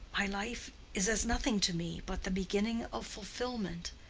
my life is as nothing to me but the beginning of fulfilment.